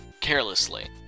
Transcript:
carelessly